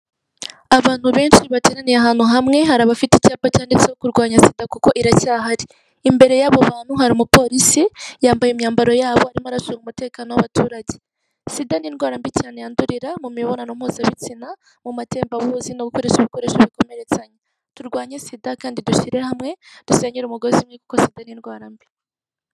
Iyi foto iragaragaza inzu ifite urugi rw'icyuma ikagira amaesikariye ikaba ifite amatara hanze ifite n'igiti.